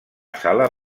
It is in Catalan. sala